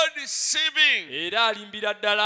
deceiving